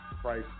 price